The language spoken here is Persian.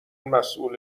مسئول